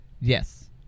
Yes